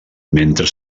mentre